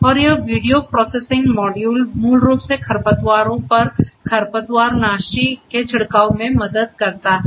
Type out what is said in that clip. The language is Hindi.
और यह वीडियो प्रोसेसिंग मॉड्यूल मूल रूप से खरपतवारों पर खरपतवारनाशी के छिड़काव में मदद करता है